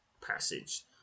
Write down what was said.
passage